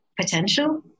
potential